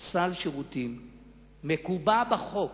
סל שירותים מקובע בחוק,